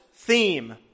Theme